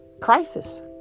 crisis